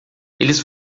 eles